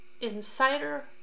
Insider